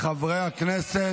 חברי הכנסת,